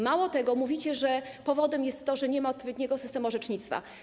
Mało tego, mówicie, że powodem jest to, że nie ma odpowiedniego systemu orzecznictwa.